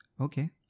Okay